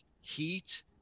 heat